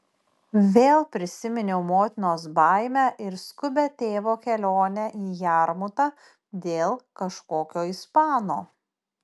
vėl prisiminiau motinos baimę ir skubią tėvo kelionę į jarmutą dėl kažkokio ispano